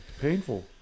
painful